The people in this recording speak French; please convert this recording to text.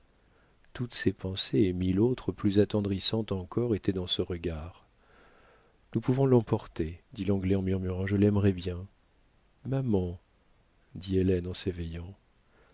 toutes ces pensées et mille autres plus attendrissantes encore étaient dans ce regard nous pouvons l'emporter dit l'anglais en murmurant je l'aimerai bien maman dit hélène en s'éveillant